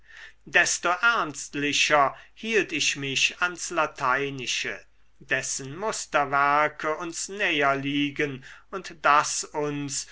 desto ernstlicher hielt ich mich ans lateinische dessen musterwerke uns näher liegen und das uns